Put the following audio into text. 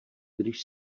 když